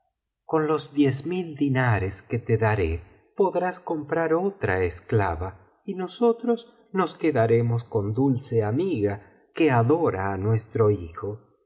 con los diez biblioteca valenciana generalitat valenciana historia de dulce amiíla mil dinares que te daré podrás comprar otra esclava y nosotros nos quedaremos con dulce amiga que adora á nuestro hijo